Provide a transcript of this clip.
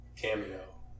Cameo